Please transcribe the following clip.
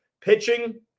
pitching